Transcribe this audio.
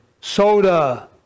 Soda